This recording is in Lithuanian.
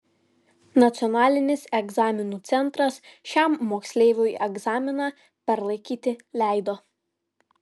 nacionalinis egzaminų centras šiam moksleiviui egzaminą perlaikyti leido